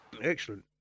Excellent